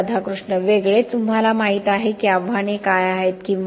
राधाकृष्ण वेगळे तुम्हाला माहित आहे की आव्हाने काय आहेत किंवा